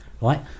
right